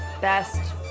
best